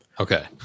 Okay